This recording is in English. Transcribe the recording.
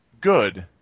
Good